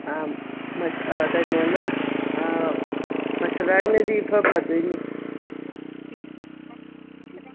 ꯑꯥ ꯀꯩꯅꯣꯅ ꯃꯁꯥꯂꯥꯏꯅꯗꯤ ꯏꯐ ꯐꯗꯣꯏꯅꯤ